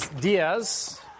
Diaz